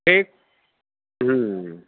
ٹھیک